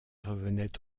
revenaient